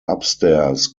upstairs